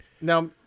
now